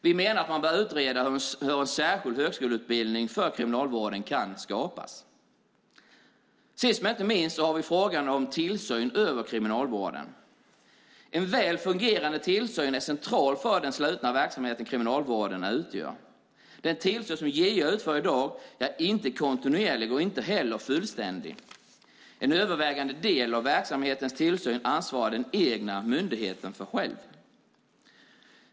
Vi menar att man bör utreda hur en särskild högskoleutbildning för kriminalvårdare kan skapas. Sist men inte minst har vi frågan om tillsyn över kriminalvården. En väl fungerande tillsyn är central för den slutna verksamhet som kriminalvården utgör. Den tillsyn som JO utför i dag är inte kontinuerlig och inte heller fullständig. En övervägande del av verksamhetens tillsyn ansvarar den egna myndigheten själv för.